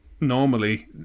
normally